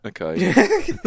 Okay